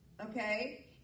okay